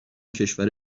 کشور